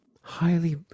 highly